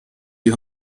die